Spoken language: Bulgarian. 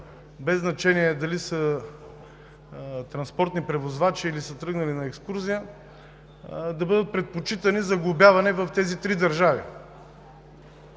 без значение дали са транспортни превозвачи, или са тръгнали на екскурзия, да бъдат предпочитани за глобяване в трите държави